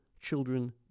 children